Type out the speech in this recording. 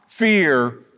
fear